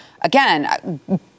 again